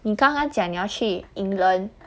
你刚刚讲你要去 england